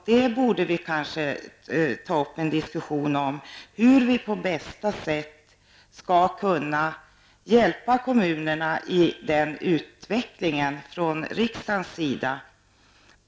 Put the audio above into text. Vi borde kanske därför ta upp en diskussion om hur vi från riksdagens sida på bästa sätt skall kunna hjälpa kommunerna i den utvecklingen.